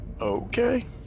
Okay